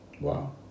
Wow